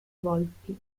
volpi